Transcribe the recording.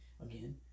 Again